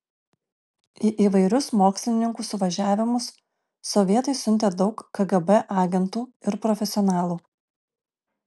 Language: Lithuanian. į įvairius mokslininkų suvažiavimus sovietai siuntė daug kgb agentų ir profesionalų